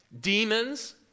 demons